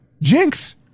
Jinx